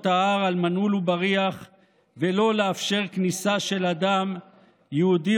ההר על מנעול ובריח ולא לאפשר כניסה של אדם יהודי